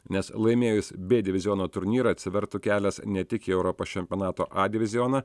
nes laimėjus b diviziono turnyrą atsivertų kelias ne tik į europos čempionato a divizioną